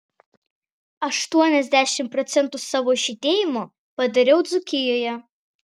aštuoniasdešimt procentų savo žydėjimo padariau dzūkijoje